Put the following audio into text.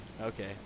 Okay